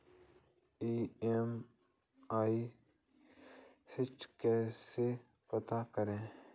EMI राशि कैसे पता करें?